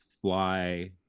fly